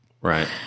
Right